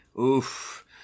Oof